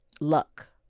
luck